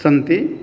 सन्ति